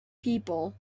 people